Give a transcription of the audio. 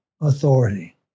authority